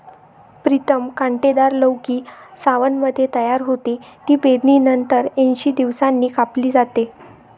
प्रीतम कांटेदार लौकी सावनमध्ये तयार होते, ती पेरणीनंतर ऐंशी दिवसांनी कापली जाते